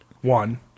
One